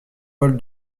paul